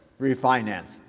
refinance